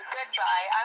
Goodbye